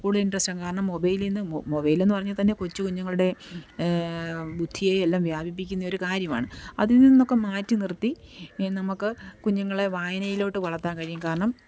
കൂടുതൽ ഇൻറ്ററെസ്റ്റാവും കാരണം മൊബൈലീന്ന് മൊബൈലെന്ന് പറഞ്ഞാല് തന്നെ കൊച്ച് കുഞ്ഞുങ്ങളുടെ ബുദ്ധിയെ എല്ലാം വ്യാപിപ്പിക്കുന്ന ഒരു കാര്യമാണ് അതില്നിന്നൊക്കെ മാറ്റി നിർത്തി നമുക്ക് കുഞ്ഞുങ്ങളെ വായനയിലോട്ട് വളർത്താൻ കഴിയും കാരണം